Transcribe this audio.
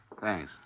Thanks